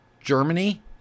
Germany